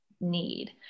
need